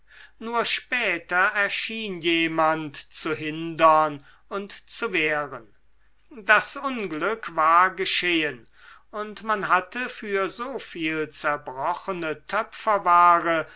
nur später erschien jemand zu hindern und zu wehren das unglück war geschehen und man hatte für so viel zerbrochene